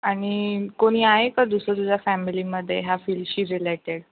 आणि कोणी आहे का दुसरं दुसऱ्या फॅमिलीमध्ये ह्या फील्डशी रिलेटेड